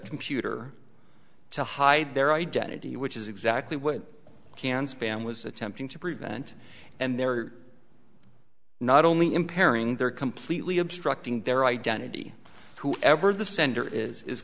computer to hide their identity which is exactly what can spam was attempting to prevent and there are not only impairing they're completely obstructing their identity whoever the sender is is